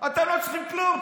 אתם לא צריכים כלום.